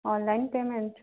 online payment